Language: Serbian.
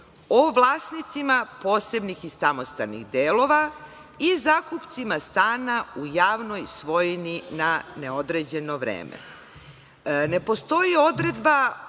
o vlasnicima, posebnih i samostalnih delova, i zakupcima stana u javnoj svojini na neodređeno vreme. Ne postoji odredba